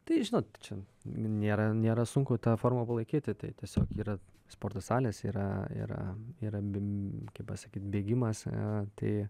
tai žinot čia nėra nėra sunku tą formą palaikyti tai tiesiog yra sporto salės yra yra yra bim kaip pasakyt bėgimas tai